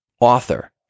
author